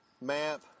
Map